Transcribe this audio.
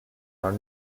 are